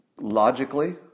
logically